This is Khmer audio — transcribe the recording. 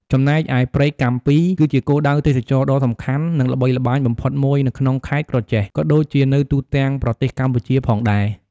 ចំណែកព្រែកកាំពី គឺជាគោលដៅទេសចរណ៍ដ៏សំខាន់ និងល្បីល្បាញបំផុតមួយនៅក្នុងខេត្តក្រចេះ ក៏ដូចជានៅទូទាំងប្រទេសកម្ពុជាផងដែរ ។